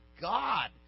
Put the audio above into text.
God